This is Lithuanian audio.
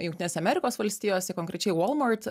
jungtinėse amerikos valstijose konkrečiai walmart